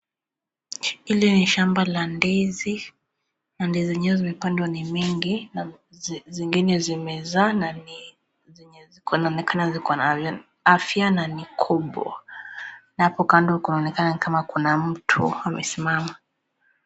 Hili ni shamba la ndizi. Na ndizi zenyewe zimepandwa ni mengi na zingine zimezaa na ni zenye zinaonekana ziko na afya na ni kubwa. Na hapo kando kunaonekana ni kama kuna mtu amesimama.